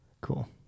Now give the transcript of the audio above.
cool